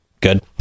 good